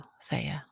Saya